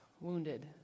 wounded